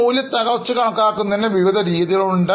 മൂല്യത്തകർച്ച കണക്കാക്കുന്നതിന് വിവിധ രീതികൾ ഉണ്ട്